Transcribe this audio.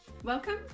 Welcome